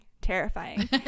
terrifying